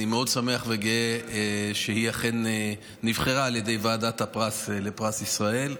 אני מאוד שמח וגאה שהיא אכן נבחרה על ידי ועדת הפרס לפרס ישראל.